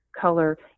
color